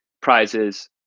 prizes